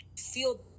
feel